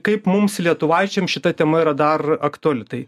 kaip mums lietuvaičiams šita tema yra dar aktuali tai